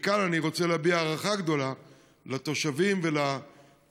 מכאן אני רוצה להביע הערכה גדולה לתושבים ולאזרחים